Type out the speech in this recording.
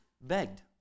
begged